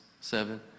seven